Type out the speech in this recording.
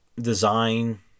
...design